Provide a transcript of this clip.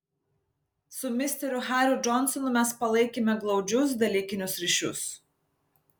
su misteriu hariu džonsonu mes palaikėme glaudžius dalykinius ryšius